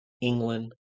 England